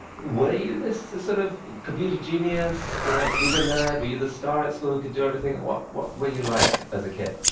were you this sort of computer genius, you know, ubernerd, were you the star at school who could do everything? and what what were you like as a kid?